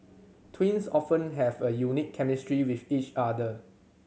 twins often have a unique chemistry with each other